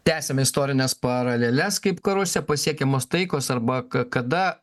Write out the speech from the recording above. tęsiame istorines paraleles kaip karuose pasiekiamas taikos arba kada